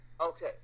Okay